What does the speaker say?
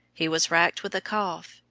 he was racked with a cough,